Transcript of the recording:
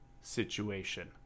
situation